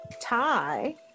tie